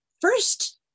First